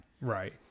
Right